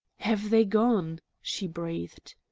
have they gone? she breathed.